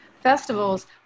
festivals